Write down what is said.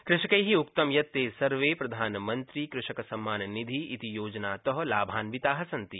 कृषकै उक्तं यत् ते सर्वे प्रधानमन्त्रिकृषकसम्माननिधि इति योजनात लाभान्विता सन्ति